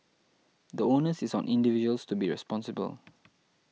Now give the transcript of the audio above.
the onus is on individuals to be responsible